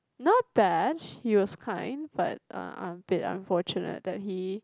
not bad he was kind but uh a bit unfortunate that he